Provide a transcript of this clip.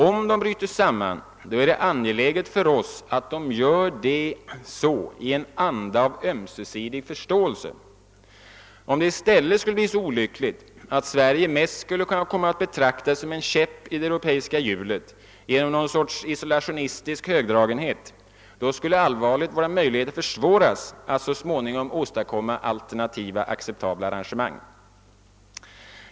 Om de bryter samman, är det angeläget för oss att det sker i en anda av ömsesidig förståelse. Om det i stället skulle bli så olyckligt att Sverige mest skulle komma att betraktas som en käpp i det europeiska hjulet genom att vi visar en isolationistisk högdragenhet, «försvåras våra möjligheter att så småningom nå alternativa arrangemang.